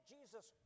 Jesus